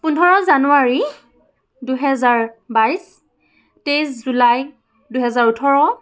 পোন্ধৰ জানুৱাৰী দুহেজাৰ বাইছ তেইছ জুলাই দুহেজাৰ ওঠৰ